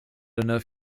enough